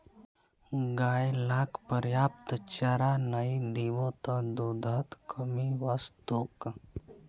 गाय लाक पर्याप्त चारा नइ दीबो त दूधत कमी वस तोक